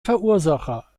verursacher